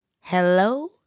Hello